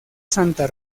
santa